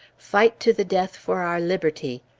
fight to the death for our liberty.